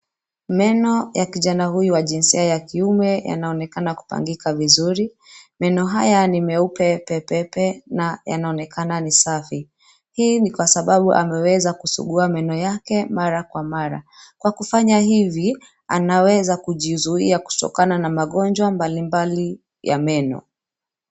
Meno ya kijana huyu wa jinsia ya kiume, yanaonekana kupangika vizuri. Meno haya ni meupe pepepe na, yanaonekana ni safi. Hii ni kwa sababu ameweza kusugua meno yake mara kwa mara. Kwa kufanya hivi, anaweza kujizuia kutokana na magonjwa mbalimbali ya meno.